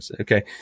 Okay